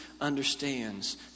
understands